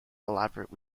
elaborate